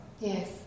yes